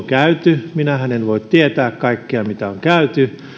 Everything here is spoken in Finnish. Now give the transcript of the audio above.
käyty minähän en voi tietää kaikkea mitä on käyty